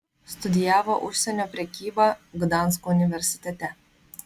studijavo užsienio prekybą gdansko universitete